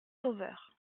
sauveur